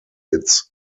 its